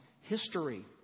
history